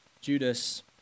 Judas